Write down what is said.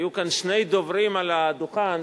היו כאן שני דוברים על הדוכן,